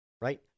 Right